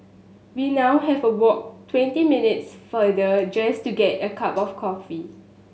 we now have walk twenty minutes farther just to get a cup of coffee